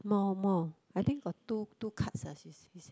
more more I think got two two cards she she say